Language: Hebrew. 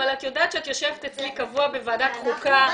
את יודעת שאת יושבת אצלי קבוע בוועדת חוקה.